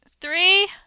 three